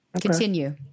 Continue